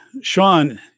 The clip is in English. Sean